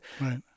Right